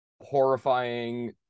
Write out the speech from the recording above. horrifying